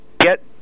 get